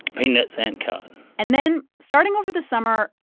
peanuts and cotton and then, starting over the summer,